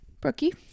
brookie